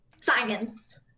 science